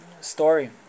story